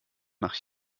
nach